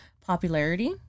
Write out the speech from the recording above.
popularity